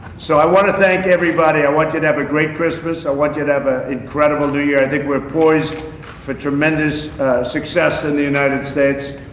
so i want to thank everybody. i want you to have a great christmas. i want you to have an incredible new year. i think we're poised for tremendous success in the united states.